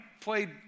played